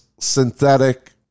synthetic